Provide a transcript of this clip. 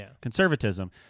conservatism